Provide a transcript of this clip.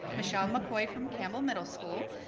michelle mccoy from camel middle school.